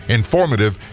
informative